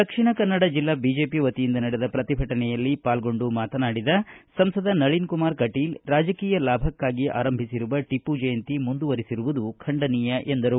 ದಕ್ಷಿಣ ಕನ್ನಡ ಜಿಲ್ಲಾ ಬಿಜೆಪಿ ವತಿಯಿಂದ ನಡೆದ ಪ್ರತಿಭಟನೆಯಲ್ಲಿ ಪಾಲ್ಗೊಂಡು ಮಾತನಾಡಿದ ಸಂಸದ ನಳನ್ ಕುಮಾರ್ ಕಟೀಲ್ ರಾಜಕೀಯ ಲಾಭಕ್ಕಾಗಿ ಆರಂಭಿಸಿರುವ ಟಿಪ್ಪು ಜಯಂತಿ ಮುಂದುವರಿಸಿರುವುದು ಖಂಡನೀಯ ಎಂದರು